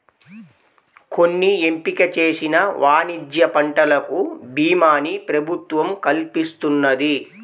కొన్ని ఎంపిక చేసిన వాణిజ్య పంటలకు భీమాని ప్రభుత్వం కల్పిస్తున్నది